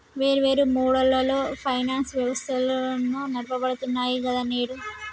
వేర్వేరు మోడళ్లలో ఫైనాన్స్ వ్యవస్థలు నడపబడుతున్నాయి గదా నేడు